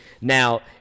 Now